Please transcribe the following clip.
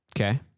Okay